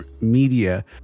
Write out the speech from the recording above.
media